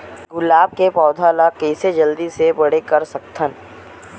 गुलाब के पौधा ल कइसे जल्दी से बड़े कर सकथन?